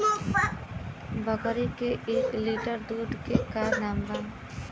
बकरी के एक लीटर दूध के का दाम बा?